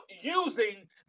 using